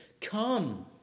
come